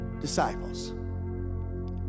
disciples